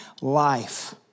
life